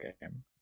game